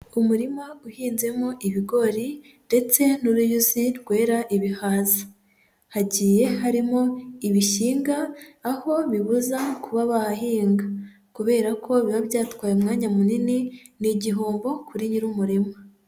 Umurima uhinzemo ibigori ndetse n'uruyuzi rwera ibihaza, hagiye harimo ibishyhnga aho bibuza kuba bahahinga kubera ko biba byatwaye umwanya munini, ni igihombo kuri nyiri umurima.